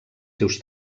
seus